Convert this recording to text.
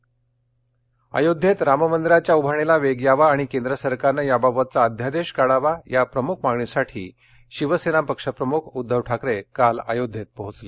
उद्धव ठाकरे आयोध्येत राममंदिराच्या उभारणीला ेग यावा आणि केंद्र सरकारनं याबाबतचा अध्यादेश काढावा या प्रमुख मागणीसाठी शिवसेना पक्षप्रमुख उध्दव ठाकरे काल दुपारी आयोध्येत पोहोचले